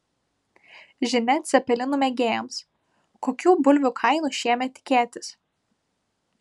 žinia cepelinų mėgėjams kokių bulvių kainų šiemet tikėtis